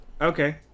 okay